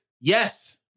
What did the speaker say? Yes